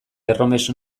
erromes